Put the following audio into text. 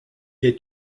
est